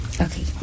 Okay